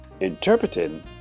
Interpreting